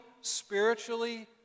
spiritually